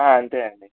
అంతే అండీ